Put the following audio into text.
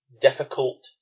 difficult